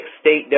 state